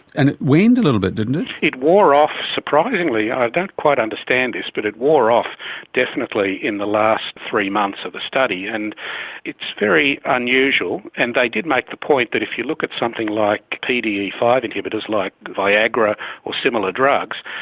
and it waned a little bit, didn't it? it wore off surprisingly, i don't quite understand this, but it wore off definitely in the last three months of the study. and it's very unusual, and they did make the point that if you look at something like p d e five inhibitors like viagra or a similar drugs,